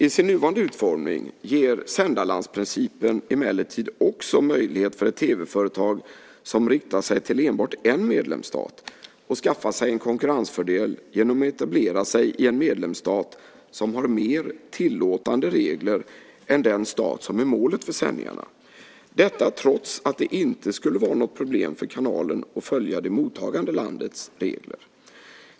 I sin nuvarande utformning ger sändarlandsprincipen emellertid också möjlighet för ett tv-företag som riktar sig till enbart en medlemsstat att skaffa sig en konkurrensfördel genom att etablera sig i en medlemsstat som har mer tillåtande regler än den stat som är målet för sändningarna - detta trots att det inte skulle vara något problem för kanalen att följa det mottagande landets regler.